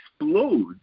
explodes